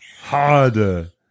Harder